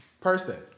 person